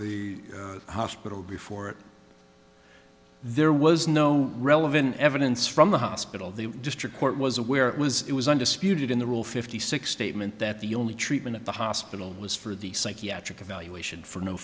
the hospital before it there was no relevant evidence from the hospital the district court was aware it was it was undisputed in the rule fifty six statement that the only treatment at the hospital was for the psychiatric evaluation for no